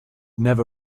never